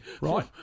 right